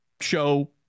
show